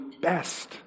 best